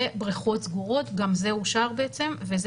ובריכות סגורות גם זה אושר בעצם וזה